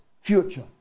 future